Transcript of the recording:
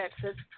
Texas